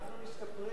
אנחנו משתפרים.